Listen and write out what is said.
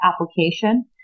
application